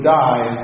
die